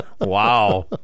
Wow